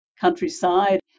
countryside